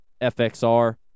fxr